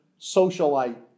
socialite